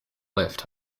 lift